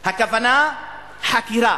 הכוונה: חקירה.